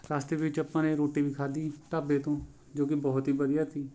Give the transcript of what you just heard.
ਰਸਤੇ ਵਿੱਚ ਆਪਾਂ ਨੇ ਰੋਟੀ ਵੀ ਖਾਧੀ ਢਾਬੇ ਤੋਂ ਜੋ ਕਿ ਬਹੁਤ ਹੀ ਵਧੀਆ ਸੀ